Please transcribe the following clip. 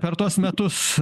per tuos metus